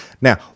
Now